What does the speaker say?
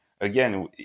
again